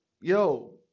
yo